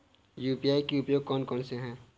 UPI के उपयोग कौन कौन से हैं?